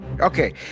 Okay